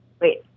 Wait